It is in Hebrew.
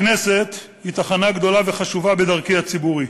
הכנסת היא תחנה גדולה וחשובה בדרכי הציבורית.